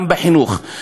גם בחינוך,